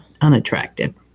unattractive